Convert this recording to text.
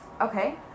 Okay